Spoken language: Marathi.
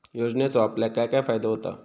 योजनेचो आपल्याक काय काय फायदो होता?